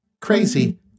Crazy